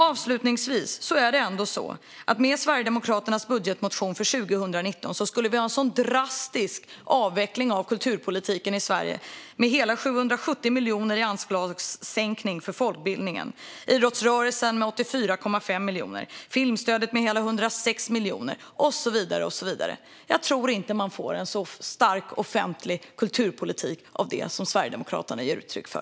Avslutningsvis skulle vi med Sverigedemokraternas budgetmotion för 2019 ha en drastisk avveckling av kulturpolitiken i Sverige, med anslagssänkningar på hela 770 miljoner för folkbildningen, 84,5 miljoner för idrottsrörelsen, 106 miljoner för filmstödet och så vidare. Jag tror inte att man får en så stark offentlig kulturpolitik av det som Sverigedemokraterna ger uttryck för.